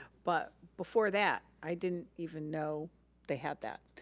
but before that, i didn't even know they had that.